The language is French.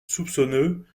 soupçonneux